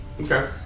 Okay